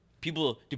people